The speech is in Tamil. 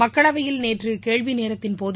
மக்களவையில் நேற்று கேள்விநேரத்தின்போது